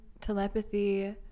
Telepathy